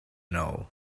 know